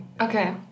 okay